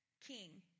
king